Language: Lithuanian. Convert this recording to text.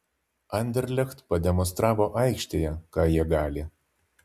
anderlecht pademonstravo aikštėje ką jie gali